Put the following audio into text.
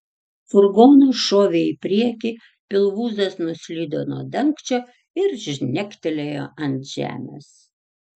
furgonas šovė į priekį pilvūzas nuslydo nuo dangčio ir žnegtelėjo ant žemės